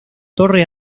torre